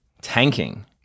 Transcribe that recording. tanking